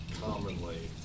commonly